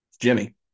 Jimmy